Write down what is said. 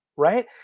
Right